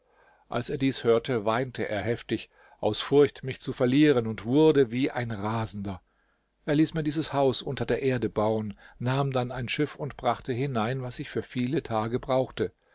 als er dies hörte weinte er heftig aus furcht mich zu verlieren und wurde wie ein rasender er ließ mir dieses haus unter der erde bauen nahm dann ein schiff und brachte hinein was ich für viele tage brauchte